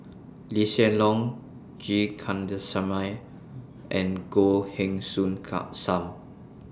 Lee Hsien Loong G Kandasamy and Goh Heng Soon SAM